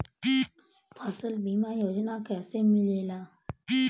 फसल बीमा योजना कैसे मिलेला?